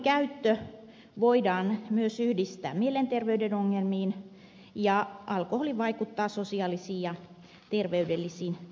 alkoholinkäyttö voidaan myös yhdistää mielenterveyden ongelmiin ja alkoholi vaikuttaa sosiaaliseen ja terveydellisiin